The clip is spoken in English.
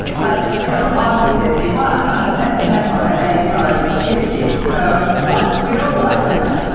but yeah ah i'm seventy one. i haven't had to have my eighty five test yet. so ah but we'd all like to know.